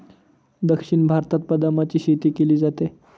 दक्षिण भारतात बदामाची शेती केली जाते